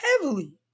heavily